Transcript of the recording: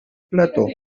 plató